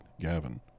Gavin